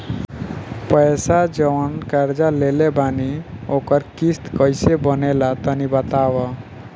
पैसा जऊन कर्जा लेले बानी ओकर किश्त कइसे बनेला तनी बताव?